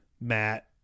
Matt